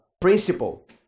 principle